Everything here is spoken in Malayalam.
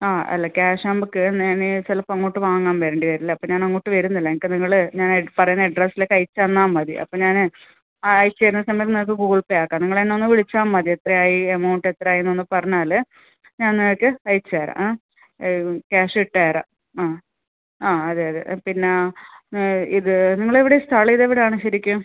ആ അല്ല ക്യാഷ് ആവുമ്പം കേന്നേൻന് ചിലപ്പോൾ അങ്ങോട്ട് വാങ്ങാൻ വരേണ്ടി വരില്ലേ അപ്പോൾ ഞാൻ അങ്ങോട്ട് വരുന്നില്ല എനിക്ക് നിങ്ങൾ ഞാൻ പറയുന്ന അഡ്രസിലേക്ക് അയച്ച് തന്നാൽ മതി അപ്പം ഞാനേ അയച്ച് തരുന്ന സമയം നിങ്ങൾക്ക് ഗൂഗിൾ പേ ആക്കാം നിങ്ങൾ എന്നെ ഒന്ന് വിളിച്ചാൽ മതി എത്രയായി എമൗണ്ട് എത്രയായി ഒന്ന് പറഞ്ഞാൽ ഞാൻ നിങ്ങൾക്ക് അയച്ച് തരാം ആ ക്യാഷ് ഇട്ടുതരാം ആ ആ അതെ അതെ പിന്നെ ഇത് നിങ്ങൾ എവിടെയാണ് സ്ഥലം ഇതെവിടെയാണ് ശരിക്കും